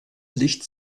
licht